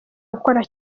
gukora